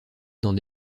dans